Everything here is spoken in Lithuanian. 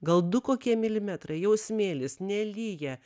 gal du kokie milimetrai jau smėlis nelyja